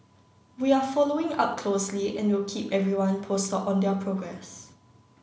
we are following up closely and will keep everyone posted on their progress